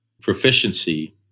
Proficiency